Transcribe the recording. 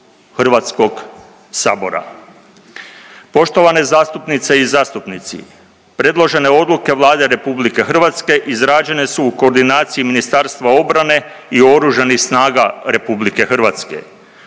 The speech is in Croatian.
Hrvatskog sabora. Poštovane zastupnice i zastupnici predložene odluke Vlade RH izrađene su u koordinaciji Ministarstva obrane i oružanih snaga RH vođeni prvenstveno